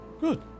Good